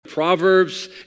Proverbs